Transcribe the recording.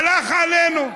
הלך עלינו.